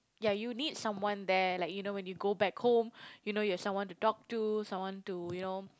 ya you need someone there like you know when you go back home you know you have someone to talk to someone to you know